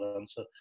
answer